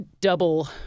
double